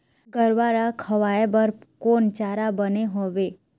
गरवा रा खवाए बर कोन चारा बने हावे?